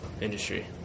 industry